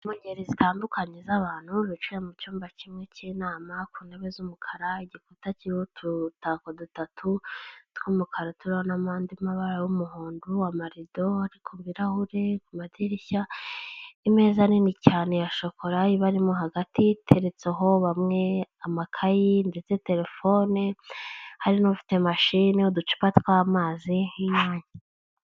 Mungeri zitandukanye z'abantu bicaye mu cyumba kimwe cy'inama ku ntebe z'umukara igikuta kiriho udutako dutatu tw'umukara ,turiho nandi mabara y'umuhondo ,amarido ari ku birarahure ku madirishya imeza nini cyane ya shokola ibarimo hagati iteretseho bamwe amakayi ndetse telefone hari n'ufite machine, uducupa tw'amazi y'inyange.